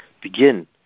begin